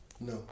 No